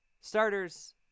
Starters